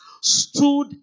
stood